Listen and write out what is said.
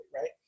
right